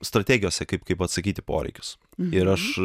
strategijose kaip kaip atsakyt į poreikius ir aš